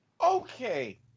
Okay